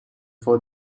for